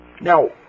Now